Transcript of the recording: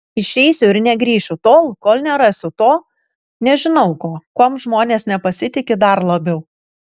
išeisiu ir negrįšiu tol kol nerasiu to nežinau ko kuom žmonės nepasitiki dar labiau